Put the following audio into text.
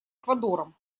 эквадором